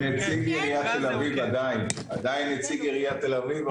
אני עדיין נציג עיריית תל אביב.